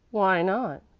why not?